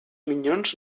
minyons